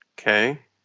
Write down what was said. Okay